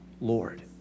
Lord